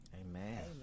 Amen